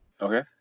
Okay